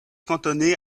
cantonné